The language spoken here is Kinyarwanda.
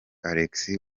alex